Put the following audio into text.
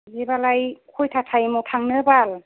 बिदिबालाय कयथा टाइमाव थांनोबाल